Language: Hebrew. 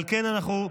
על כן, אנחנו,